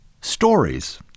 Stories